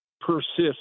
persist